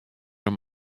him